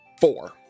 Four